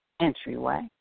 entryway